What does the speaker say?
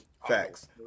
facts